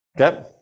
Okay